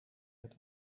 had